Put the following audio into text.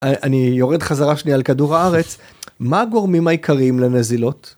אני יורד חזרה שניה על כדור הארץ מה הגורמים העיקריים לנזילות